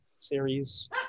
Series